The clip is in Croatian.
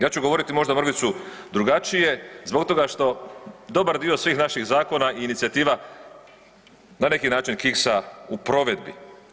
Ja ću govoriti možda mrvicu drugačije zbog toga što dobar dio svih naših zakona i inicijativa na neki način kiksa u provedbi.